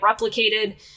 replicated